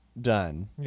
done